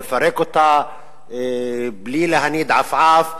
מפרק אותה בלי להניד עפעף.